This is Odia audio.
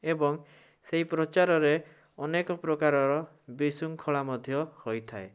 ଏବଂ ସେଇ ପ୍ରଚାରରେ ଅନେକ ପ୍ରକାରର ବିଶୃଙ୍ଖଳା ମଧ୍ୟ ରହିଥାଏ